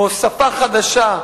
או שפה חדשה,